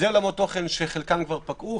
אלה תקש"חים שחלקן כבר פקעו,